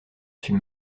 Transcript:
suis